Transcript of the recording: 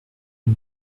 une